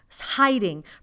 hiding